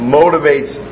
motivates